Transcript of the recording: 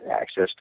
access